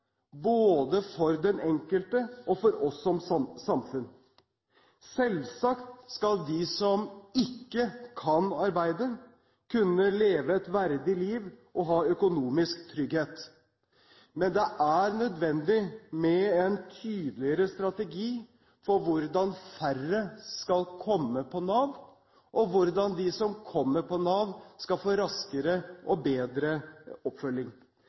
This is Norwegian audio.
både for den enkelte og for oss som samfunn. Selvsagt skal de som ikke kan arbeide, kunne leve et verdig liv og ha økonomisk trygghet, men det er nødvendig med en tydeligere strategi for hvordan færre skal komme på Nav, og hvordan de som kommer på Nav, skal få raskere og bedre oppfølging.